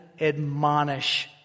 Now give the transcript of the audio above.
admonish